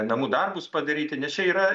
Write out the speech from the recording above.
namų darbus padaryti nes čia yra